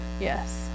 Yes